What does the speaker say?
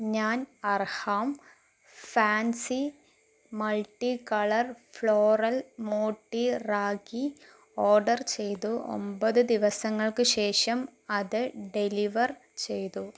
ഞാൻ Arham fancy multi colour floral മോട്ടി റാഗി ഓഡർ ചെയ്തു ഒമ്പത് ദിവസങ്ങൾക്ക് ശേഷം അത് ഡെലിവർ ചെയ്തു